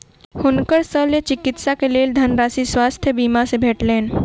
हुनकर शल्य चिकित्सा के लेल धनराशि स्वास्थ्य बीमा से भेटलैन